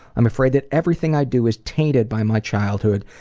i'm afraid that everything i do is tainted by my childhood,